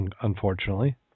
unfortunately